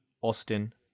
Austin